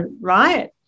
right